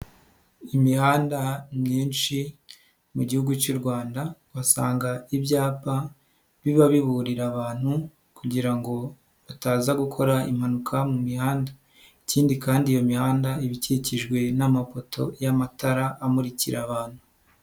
Imihanda myinshi mu gihugu cy'u Rwanda, basanga ibyapa biba biburira abantu kugira ngo bataza gukora impanuka mu mihanda. Ikindi kandi iyo mihanda iba ikikijwe n'amapoto y'amatara amurikira abantu.